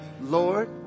Lord